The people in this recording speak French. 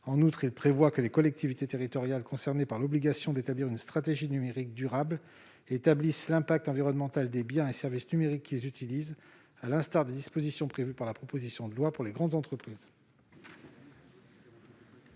tend également à ce que les collectivités territoriales concernées par l'obligation d'établir une stratégie numérique durable évaluent l'impact environnemental des biens et services numériques qu'elles utilisent, en cohérence avec les dispositions prévues dans la proposition de loi pour les grandes entreprises.